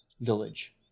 village